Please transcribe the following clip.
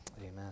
Amen